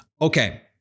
Okay